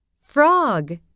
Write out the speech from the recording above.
frog